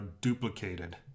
duplicated